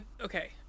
okay